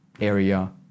area